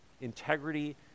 integrity